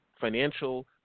financial